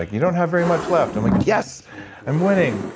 like you don't have very much left. i'm like, yes i'm winning.